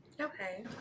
Okay